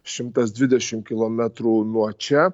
šimtas dvidešimt kilometrų nuo čia